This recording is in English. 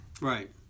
Right